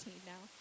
now